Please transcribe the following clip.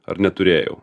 ar neturėjau